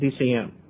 DCM